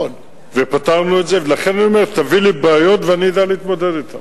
לכן אני אומר: תביא לי בעיות ואני אדע להתמודד אתן.